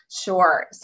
Sure